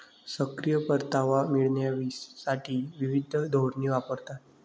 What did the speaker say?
सक्रिय परतावा मिळविण्यासाठी विविध धोरणे वापरतात